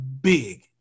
big